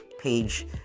page